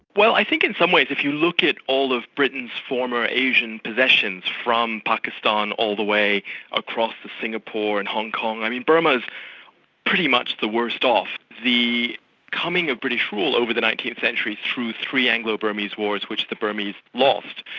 well i think in some ways if you look at all of britain's former asian possessions, from pakistan all the way across to singapore and hong kong, i mean burma's pretty much the worst off. the coming of british rule over the nineteenth century through three anglo-burmese wars, which the burmese lost,